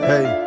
Hey